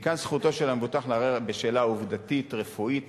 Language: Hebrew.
מכאן, זכותו של המבוטח לערער בשאלה עובדתית רפואית